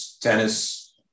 tennis